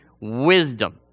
Wisdom